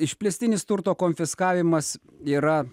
išplėstinis turto konfiskavimas yra